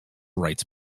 rights